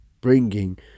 bringing